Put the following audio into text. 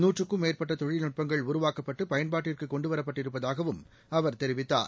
நூற்றுக்கும் மேற்பட்ட தொழில்நுட்பங்கள் உருவாக்கப்பட்டு பயன்பாட்டிற்கு கொண்டுவரப் பட்டிருப்பதாகவும் அவர் தெரிவித்தார்